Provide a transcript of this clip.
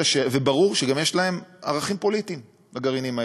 וברור שגם יש להם ערכים פוליטיים לגרעינים האלה.